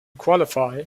qualify